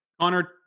Connor